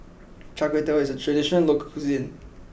Char Kway Teow is a traditional local cuisine